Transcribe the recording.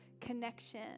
connection